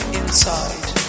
inside